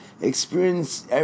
experience